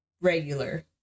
regular